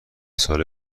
ساله